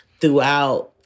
throughout